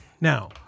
Now